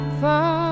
far